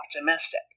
optimistic